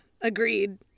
agreed